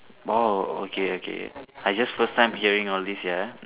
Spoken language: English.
!wow! okay okay I just first time hearing all this ya